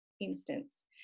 instance